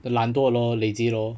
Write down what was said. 很懒惰了 lazy lor